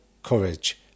Courage